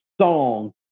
song